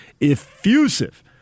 Effusive